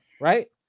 right